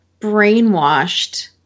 brainwashed